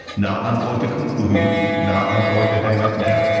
not i'm going to conclude not i'm going to hang up now.